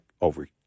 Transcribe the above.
over